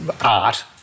art